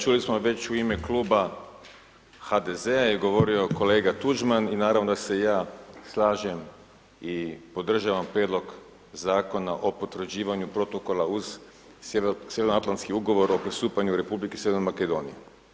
Čuli smo već u ime Kluba HDZ-a je govorio kolega Tuđman i naravno da se ja slažem i podržavam prijedlog Zakona o potvrđivanju protokola uz Sjeveroatlantski ugovor o pristupanju Republika Sjevernoj Makedoniji.